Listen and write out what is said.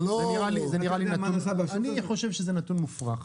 זה לא --- אני חושב שזה נתון מופרך.